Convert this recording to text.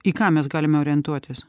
į ką mes galime orientuotis